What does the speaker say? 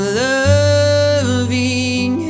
loving